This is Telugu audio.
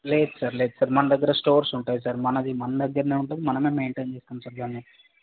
లేదు సార్ లేదు సార్ మన దగ్గర స్టోర్స్ ఉంటాయి సార్ మనది మన దగ్గర ఉంటుంది మనం మెయింటైన్ చేస్తాం సార్ దాన్ని